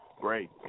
great